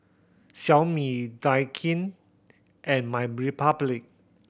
Xiaomi Daikin and MyRepublic